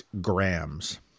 grams